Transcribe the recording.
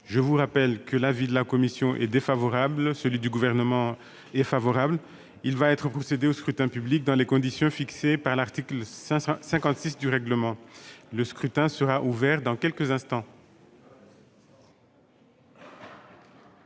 Je rappelle que l'avis de la commission est défavorable et que celui du Gouvernement est favorable. Il va être procédé au scrutin dans les conditions fixées par l'article 56 du règlement. Le scrutin est ouvert. Personne ne demande